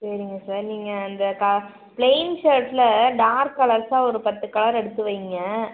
சரிங்க சார் நீங்கள் அந்த க ப்ளெய்ன் ஷேர்ட்டில் டார்க் கலர்ஸ்ஸாக ஒரு பத்து கலர் எடுத்து வைங்கள்